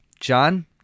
John